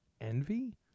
envy